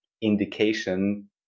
indication